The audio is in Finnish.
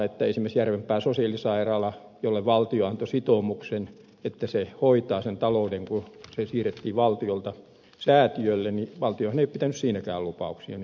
esimerkiksi siinäkään kun järvenpään sosiaalisairaala jolle valtio antoi sitoumuksen että valtio hoitaa sen talouden kun se siirrettiin valtiolta säätiölle valtio ei pitänyt lupauksiaan